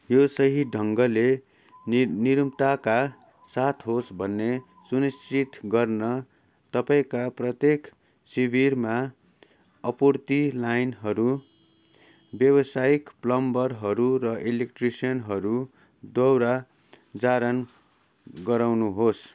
यो सही ढङ्गले नि निरुपताका साथ होस् भन्ने सुनिश्चित गर्न तपाईँका प्रत्येक शिविरमा अपूर्ति लाइनहरू व्यवसायिक प्लम्बरहरू र इलेक्ट्रिसियनहरूद्वारा जडान गराउनुहोस्